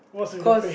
cause